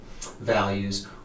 values